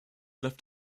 left